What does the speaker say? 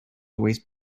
always